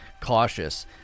cautious